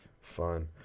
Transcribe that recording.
Fun